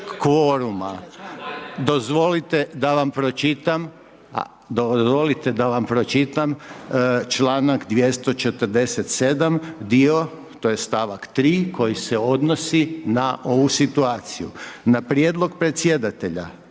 se./… Dozvolite da vam pročitam članak 247., dio to je stavak 3. koji se odnosi na ovu situaciju. „Na prijedlog predsjedatelja